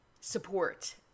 support